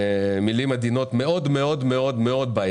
במילים עדינות מאוד מאוד בעייתית,